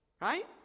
Right